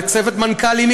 וצוות מנכ"לים,